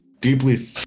deeply